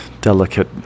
delicate